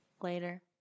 Later